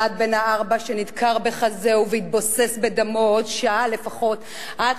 אלעד בן הארבע שנדקר בחזהו והתבוסס בדמו עוד שעה לפחות עד